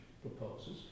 proposes